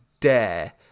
dare